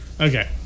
Okay